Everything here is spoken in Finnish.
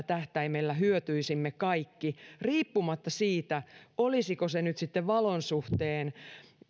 tähtäimellä hyötyisimme kaikki riippumatta siitä olisiko se nyt sitten valon suhteen